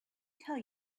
tell